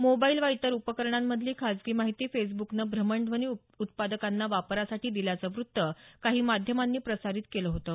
mobile वा इतर उपकरणांमधली खाजगी माहिती फेसब्दकनं भ्रमणध्वनी उत्पादकांना वापरासाठी दिल्याचं वृत्त काही माध्यमांनी प्रसारित केलं होतं